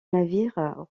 navire